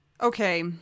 Okay